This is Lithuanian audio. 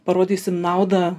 parodysim naudą